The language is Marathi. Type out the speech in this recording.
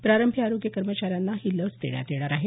प्रारंभी आरोग्य कर्मचाऱ्यांना ही लस देण्यात येणार आहे